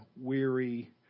weary